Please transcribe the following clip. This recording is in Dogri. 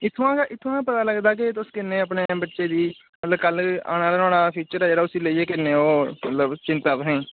इत्थुआं इत्थुआं गै पता लगदा के तुस किन्नी अपने बच्चे दी कल आने आह्ला न्हाड़ा फ्यूचर ऐ जेह्ड़ा उसी लेइये किन्ने ओह् मतलब चिंता ऐ तुसेंगी